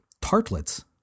tartlets